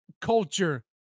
culture